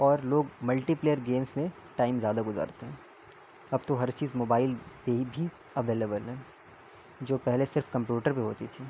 اور لوگ multiplayer games میں ٹائم زیادہ گزارتے ہیں اب تو ہر چیز موبائل پہ بھی اویلیبل ہے جو پہلے صرف کمپیوٹر پہ ہوتی تھی